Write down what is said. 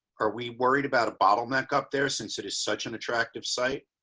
are we worried about a bottleneck up there, since it is such an attractive site.